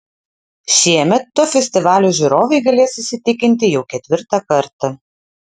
šiemet tuo festivalio žiūrovai galės įsitikinti jau ketvirtą kartą